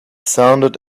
sounded